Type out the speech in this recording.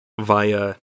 via